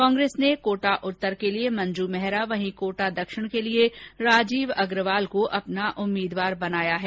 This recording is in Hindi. कांग्रेस ने कोटा उत्तर के लिए मंजू मेहरा वहीं कोटा दक्षिण के लिये राजीव अग्रवाल को अपना उम्मीदवार बनाया है